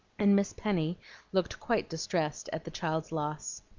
and miss penny looked quite distressed at the child's loss.